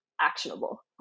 actionable